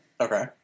Okay